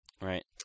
right